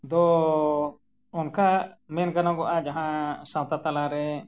ᱫᱚ ᱚᱱᱠᱟ ᱢᱮᱱ ᱜᱟᱱᱚᱜᱚᱜᱼᱟ ᱡᱟᱦᱟᱸ ᱥᱟᱶᱛᱟ ᱛᱟᱞᱟᱨᱮ